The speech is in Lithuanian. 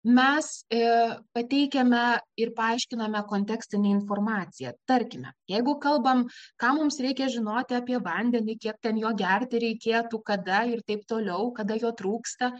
mes e pateikiame ir paaiškiname kontekstine informacija tarkime jeigu kalbam ką mums reikia žinoti apie vandenį kiek ten jo gerti reikėtų kada ir taip toliau kada jo trūksta